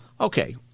okay